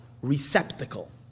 receptacle